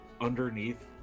underneath